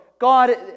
God